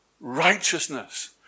righteousness